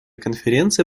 конференция